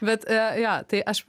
bet e jo tai aš